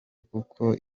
kuko